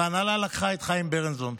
וההנהלה לקחה את חיים ברנזון.